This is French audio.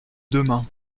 demain